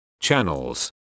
channels